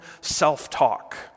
self-talk